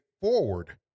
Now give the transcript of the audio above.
forward